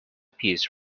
piece